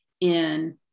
in-